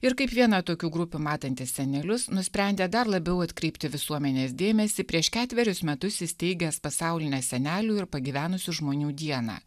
ir kaip vieną tokių grupių matantis senelius nusprendė dar labiau atkreipti visuomenės dėmesį prieš ketverius metus įsteigęs pasaulinę senelių ir pagyvenusių žmonių dieną